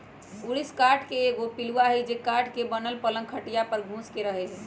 ऊरिस काठ के एगो पिलुआ हई जे काठ के बनल पलंग खटिया पर घुस के रहहै